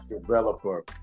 developer